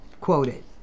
quoted